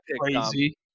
crazy